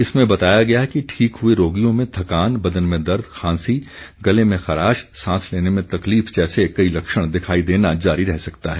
इसमें बताया गया है कि ठीक हुए रोगियों में थकान बदन में दर्द खांसी गले में खराश सांस लेने में तकलीफ जैसे कई लक्षण दिखाई देना जारी रह सकता है